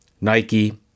Nike